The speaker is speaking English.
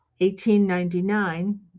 1899